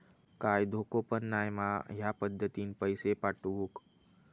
काय धोको पन नाय मा ह्या पद्धतीनं पैसे पाठउक?